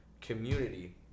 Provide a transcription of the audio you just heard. community